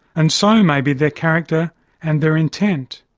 and so may be their character and their intent.